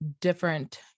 different